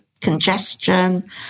congestion